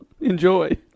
Enjoy